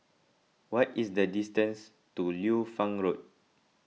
what is the distance to Liu Fang Road